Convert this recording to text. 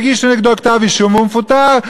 יגישו נגדו כתב-אישום והוא מפוטר.